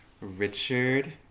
Richard